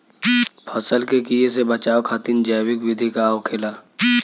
फसल के कियेसे बचाव खातिन जैविक विधि का होखेला?